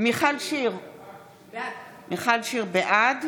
מיכל שיר סגמן, בעד